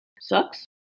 sucks